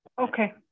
Okay